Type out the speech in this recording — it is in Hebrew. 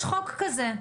יש חוק כזה,